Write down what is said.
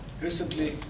Recently